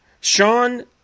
Sean